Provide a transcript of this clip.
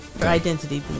Identity